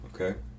Okay